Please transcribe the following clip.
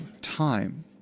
time